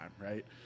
right